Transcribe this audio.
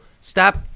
stop